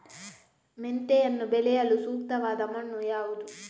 ಮೆಂತೆಯನ್ನು ಬೆಳೆಯಲು ಸೂಕ್ತವಾದ ಮಣ್ಣು ಯಾವುದು?